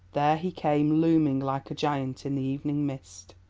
there he came, looming like a giant in the evening mist.